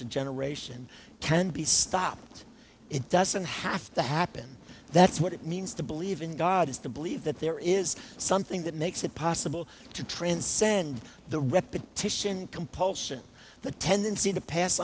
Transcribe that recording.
to generation can be stopped it doesn't have to happen that's what it means to believe in god is to believe that there is something that makes it possible to transcend the repetition compulsion the tendency to pass